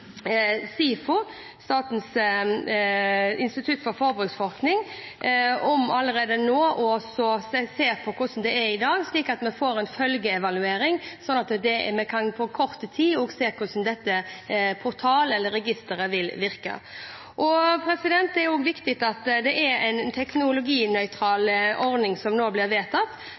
SIFO, om å se på hvordan det er i dag, slik at vi får en følgeevaluering og på kort tid kan se på hvordan denne portalen eller dette registeret vil virke. Det er også viktig at det er en teknologinøytral ordning som nå blir vedtatt,